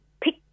pick